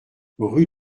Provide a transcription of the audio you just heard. rue